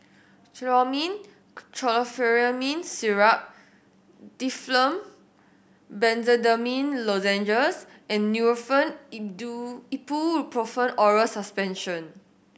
Chlormine Chlorpheniramine Syrup Difflam Benzydamine Lozenges and Nurofen Ibuprofen Oral Suspension